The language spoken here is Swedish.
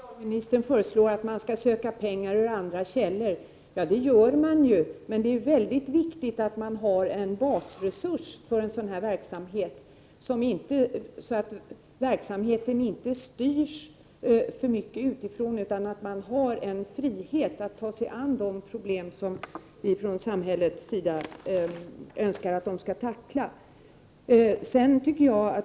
Herr talman! Socialministern föreslår att man skall söka pengar ur andra källor. Det gör man redan. Men det är mycket viktigt att det finns en basresurs för en sådan verksamhet så att verksamheten inte styrs för mycket utifrån. Institutet skall ha en frihet att ta sig an de problem som vi från samhällets sida önskar att de skall tackla.